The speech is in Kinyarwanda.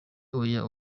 oya